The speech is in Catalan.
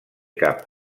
cap